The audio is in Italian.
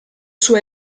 suo